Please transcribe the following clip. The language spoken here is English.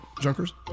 Junkers